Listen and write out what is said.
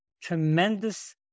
tremendous